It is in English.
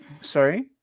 sorry